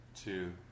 two